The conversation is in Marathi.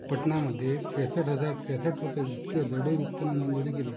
पटनामध्ये त्रेसष्ट हजार त्रेसष्ट रुपये इतके दरडोई उत्पन्न नोंदवले गेले